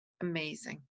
amazing